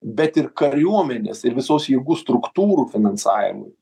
bet ir kariuomenės ir visos jėgų struktūrų finansavimui